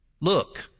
look